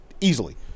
easily